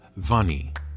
Vani